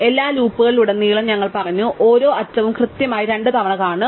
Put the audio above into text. എല്ലാ ലൂപ്പുകളിലുടനീളം ഞങ്ങൾ പറഞ്ഞു ഓരോ അറ്റവും കൃത്യമായി രണ്ട് തവണ കാണും